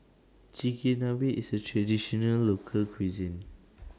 Chigenabe IS A Traditional Local Cuisine